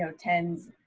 so tens,